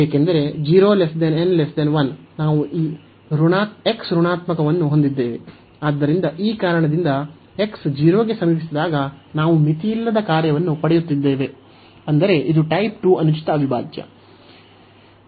ಏಕೆಂದರೆ 0 n 1 ನಾವು ಈ x ಋಣಾತ್ಮಕವನ್ನು ಹೊಂದಿದ್ದೇವೆ ಆದ್ದರಿಂದ ಈ ಕಾರಣದಿಂದ x 0 ಗೆ ಸಮೀಪಿಸಿದಾಗ ನಾವು ಮಿತಿಯಿಲ್ಲದ ಕಾರ್ಯವನ್ನು ಪಡೆಯುತ್ತಿದ್ದೇವೆ ಅಂದರೆ ಇದು ಟೈಪ್ 2 ಅನುಚಿತ ಅವಿಭಾಜ್ಯ